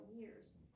years